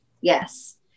Yes